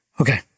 Okay